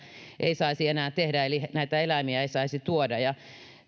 ei saisi enää tehdä eli näitä eläimiä ei saisi tuoda